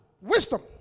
wisdom